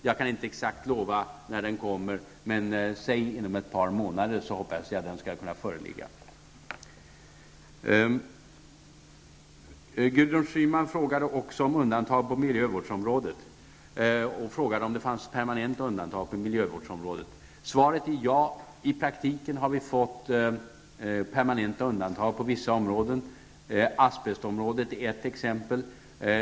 Jag kan inte exakt lova när den kommer ut, men den skall kunna föreligga inom ett par månader. Gudrun Schyman frågade vidare om undantag görs på miljövårdsområdet och om det fanns permanenta undantag på miljövårdsområdet. Svaret är ja. I praktiken har vi fått permanenta undantag på vissa områden. Asbest är ett exempel.